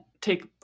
take